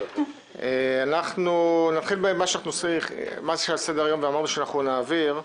אנחנו נתחיל בנושא שעל סדר היום ואמרנו שנעביר.